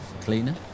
cleaner